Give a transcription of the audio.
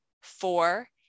four